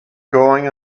going